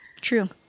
True